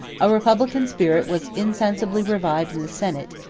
a republican spirit was insensibly revived in the senate,